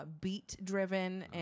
beat-driven